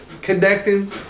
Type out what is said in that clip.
connecting